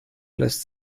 lässt